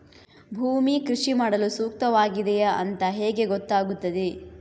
ಭೂಮಿ ಕೃಷಿ ಮಾಡಲು ಸೂಕ್ತವಾಗಿದೆಯಾ ಅಂತ ಹೇಗೆ ಗೊತ್ತಾಗುತ್ತದೆ?